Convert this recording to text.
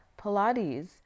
Pilates